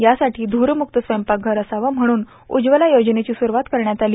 यासाठी ध्रळमुक्त स्वयंपाक घर असावे म्हणून उज्वला योजनेची सुरूवात करण्यात आली